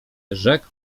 rzekł